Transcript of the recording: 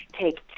take